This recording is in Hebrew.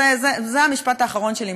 זה המשפט האחרון שלי.